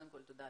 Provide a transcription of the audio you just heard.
תודה.